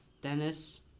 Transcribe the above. Dennis